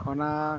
ᱚᱱᱟ